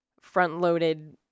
front-loaded